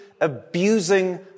abusing